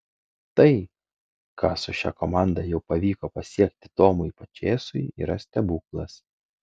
tai ką su šia komanda jau pavyko pasiekti tomui pačėsui yra stebuklas